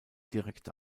direkt